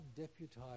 deputized